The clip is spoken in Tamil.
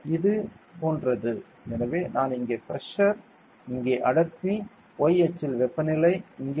எனவே இது போன்றது எனவே நான் இங்கே பிரஷர் இங்கே அடர்த்தி y அச்சில் வெப்பநிலை இங்கே